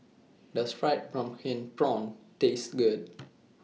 Does Fried Pumpkin Prawns Taste Good